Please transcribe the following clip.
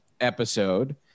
episode